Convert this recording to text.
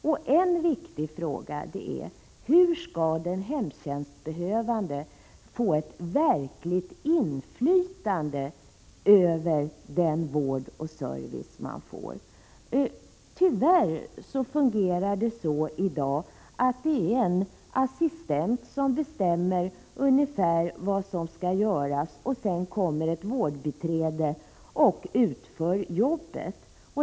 En annan viktig fråga är hur den hemtjänstbehövande skall få ett verkligt inflytande över den vård och service man får. Tyvärr fungerar det så i dag att det är en assistent som bestämmer ungefär vad som skall göras och sedan kommer ett vårdbiträde och utför jobbet.